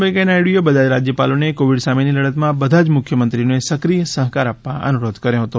વૈકેંયા નાયડૂએ બધા જ રાજ્યપાલોને કોવિડ સામેની લડતમાં બધા જ મુખ્યમંત્રીઓને સક્રિય સહકાર આપવા અનુરોધ કર્યો હતો